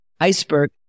iceberg